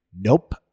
Nope